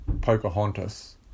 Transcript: Pocahontas